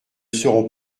serons